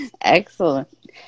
Excellent